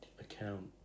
account